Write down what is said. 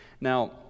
Now